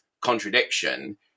contradiction